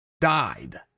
died